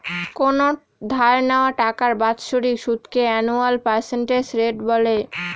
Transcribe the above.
কোনো ধার নেওয়া টাকার বাৎসরিক সুদকে আনুয়াল পার্সেন্টেজ রেট বলে